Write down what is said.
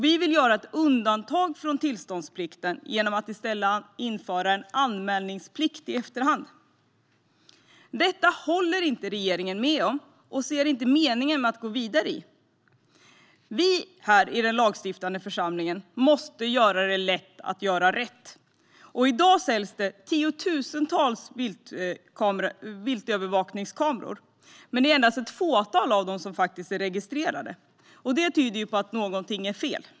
Vi vill skapa ett undantag från tillståndsplikten genom att i stället införa anmälningsplikt i efterhand. Regeringen håller inte med och ser inte någon mening med att gå vidare med detta. Vi här i den lagstiftande församlingen måste göra det lätt att göra rätt. I dag säljs det tiotusentals viltövervakningskameror, men endast ett fåtal är registrerade. Det tyder på att något är fel.